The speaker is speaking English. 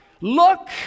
look